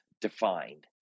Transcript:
defined